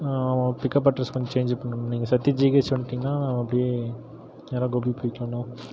pickup address கொஞ்சம் change பண்ணனும் நீங்கள் சத்தி ஜிஹச் வந்துவிடீங்ன்னா அப்படியே நேராக கோபிக்கு போய்க்கலாண்ணா